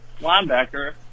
linebacker